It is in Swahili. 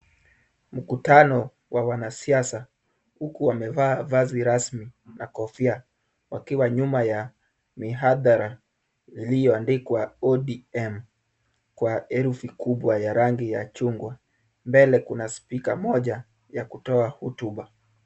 Mkutano wa wanasiasa huku wamevaa vazi rasmi na kofia wakiwa nyuma ya mihadhara iliyoandikwa ODM kwa herufi kubwa ya rangi ya chungwa. Mbele kuna spika moja ya kutoa hotuba.